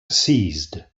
seized